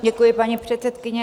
Děkuji, paní předsedkyně.